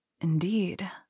Indeed